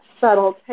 subtle